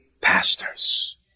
pastors